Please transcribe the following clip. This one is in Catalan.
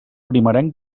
primerenc